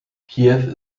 kiew